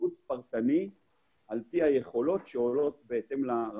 ושיבוץ פרטני על פי היכולות שעולות בו.